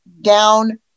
down